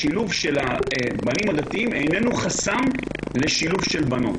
השילוב של הבנים הדתיים איננו חסם לשילוב של בנות.